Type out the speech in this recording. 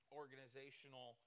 organizational